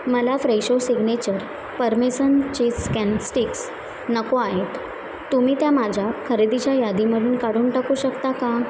मला Fresho signature parmesan cheese scan sticks नको आहेत तुम्ही त्या माझ्या खरेदीच्या यादीमधून काढून टाकू शकता का